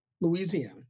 Louisiana